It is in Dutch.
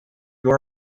door